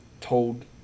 told